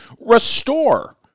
Restore